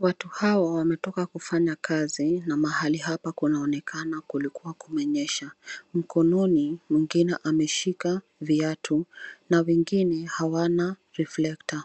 Watu hao, wametoka kufanya kazi na mahali hapa kunaonekana kulikuwa kumenyesha. Mkononi, mwingine ameshika viatu na vingine hawana reflector .